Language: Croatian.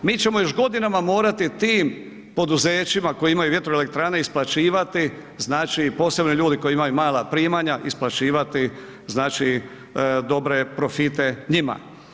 Mi ćemo još godinama morati tim poduzećima koje imaju vjetroelektrane isplaćivati, znači posebno ljudi koji imaju mala primanja, isplaćivati znači dobre profite njima.